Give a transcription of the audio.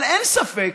אבל אין ספק,